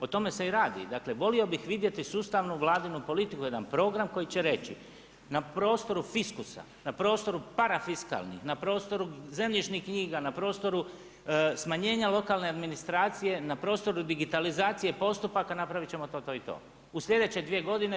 O tome se i radi. dakle volio bih vidjeti sustavnu vladinu politiku, jedan program koji će reći na prostoru fiskusa, na prostoru parafiskalnih, na prostoru zemljišnih knjiga na prostoru smanjenja lokalne administracije, na prostoru digitalizacije postupaka napravit ćemo to, to i to u sljedeće dvije godine.